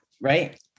right